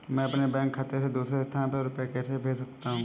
मैं अपने बैंक खाते से दूसरे स्थान पर रुपए कैसे भेज सकता हूँ?